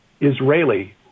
Israeli